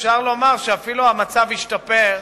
אפשר לומר שהמצב אפילו השתפר,